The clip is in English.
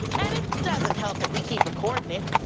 and it doesn't help that we keep recording it.